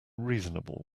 reasonable